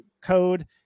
code